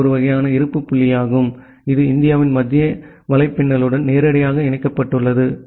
எனவே இது ஒரு வகையான இருப்பு புள்ளியாகும் இது இந்தியாவின் மத்திய வலைப்பின்னலுடன் நேரடியாக இணைக்கப்பட்டுள்ளது